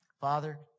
Father